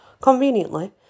Conveniently